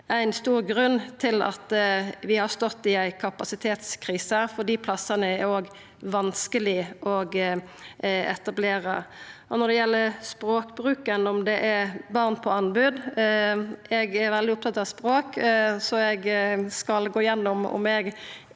Det er ein stor grunn til at vi har stått i ei kapasitetskrise, for dei plassane er òg vanskelege å etablera. Når det gjeld språkbruken – om det er barn på anbod – er eg veldig opptatt av språk, så eg skal gå gjennom om eg